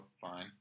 fine